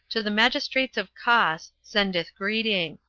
to the magistrates of cos, sendeth greeting.